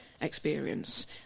experience